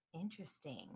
Interesting